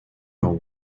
know